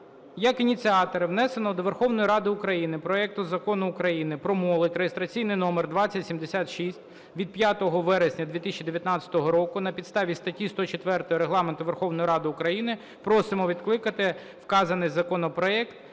"Як ініціатор внесеного до Верховної Ради України проекту Закону України про молодь (реєстраційний номер 2076 від 5 вересня 2019 року) на підставі статті 104 Регламенту Верховної Ради України просимо відкликати вказаний законопроект